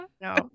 No